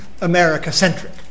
America-centric